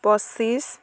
পঁচিছ